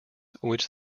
which